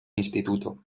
instituto